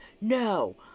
No